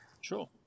Sure